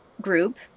group